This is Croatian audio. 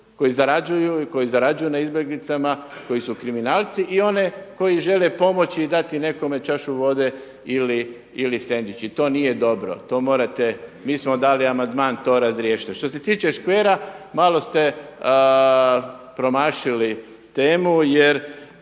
koji zarađuju na izbjeglicama koji su kriminalci i oni koji žele pomoći i dati nekome čašu vode ili sendvič. I to nije dobro, to morate. Mi smo dali amandman to razriješite. Što se tiče škvera malo ste promašili temu, jer